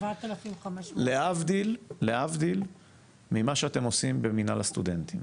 להבדיל ממה שאתם עושים במינהל הסטודנטים.